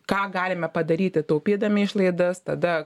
ką galime padaryti taupydami išlaidas tada